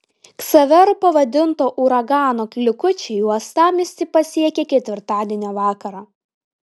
ksaveru pavadinto uragano likučiai uostamiestį pasiekė ketvirtadienio vakarą